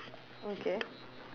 okay